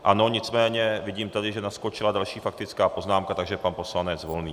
Ano, nicméně vidím tady, že naskočila další faktická poznámka, takže pan poslanec Volný.